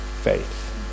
faith